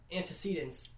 antecedents